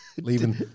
leaving